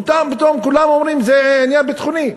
ופתאום כולם אומרים שזה עניין ביטחוני.